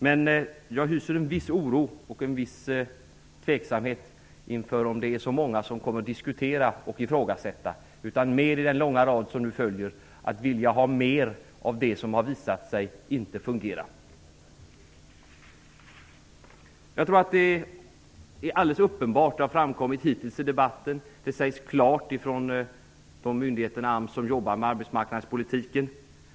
Men jag hyser en viss oro och en viss tveksamhet inför om det är så många som kommer att diskutera och ifrågasätta. Fler i den långa rad som nu följer kan vilja ha mer av det som har visat sig inte fungera. Det är alldeles uppenbart att arbetsmarknadspolitikens totala volym nu har nått sådana höjder att det inte effektivt går att administrera den.